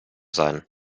sein